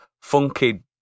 funky